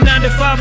95